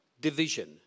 division